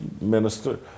minister